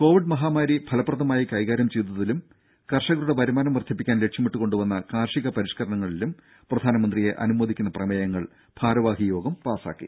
Covid മഹാമാരി ഫലപ്രദമായി കൈകാര്യം ചെയ്തതിലും കർഷകരുടെ വരുമാനം വർദ്ധിപ്പിക്കാൻ ലക്ഷ്യമിട്ട് കൊണ്ടുവന്ന പരിഷ്ക്കരണങ്ങളിലും കാർഷിക പ്രധാനമന്ത്രിയെ അനുമോദിക്കുന്ന പ്രമേയങ്ങൾ ഭാരവാഹി യോഗം പാസാക്കി